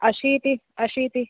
अशीतिः अशीतिः